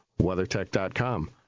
WeatherTech.com